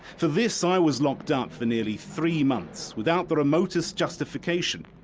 for this i was locked up for nearly three months, without the remotest justification,